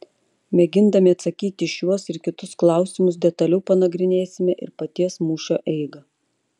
mėgindami atsakyti į šiuos ir kitus klausimus detaliau panagrinėsime ir paties mūšio eigą